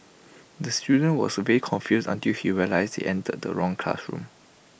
the student was very confused until he realised he entered the wrong classroom